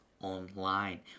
online